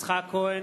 יצחק כהן,